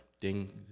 Ding